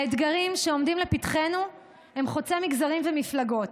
האתגרים שעומדים לפתחנו הם חוצי מגזרים ומפלגות.